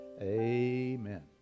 Amen